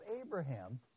Abraham